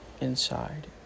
inside